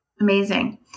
Amazing